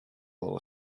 low